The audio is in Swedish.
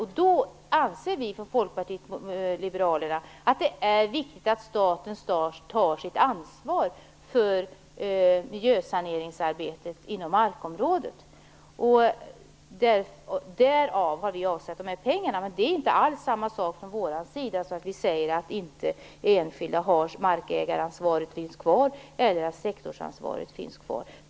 Därför anser vi i Folkpartiet liberalerna att det är viktigt att staten tar sitt ansvar för miljösaneringsarbetet på markområdet. Det är anledningen till att vi har avsatt pengar för detta. Det betyder inte alls att vi säger att det enskilda markägaransvaret eller sektorsansvaret finns kvar.